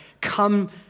Come